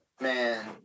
man